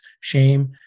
shame